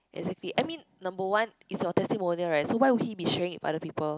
exactly I mean number one it's your testimonial eh so why would he be showing it other people